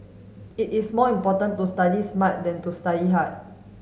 it is more important to study smart than to study hard